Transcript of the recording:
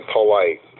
polite